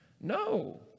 No